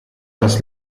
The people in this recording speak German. das